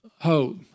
hope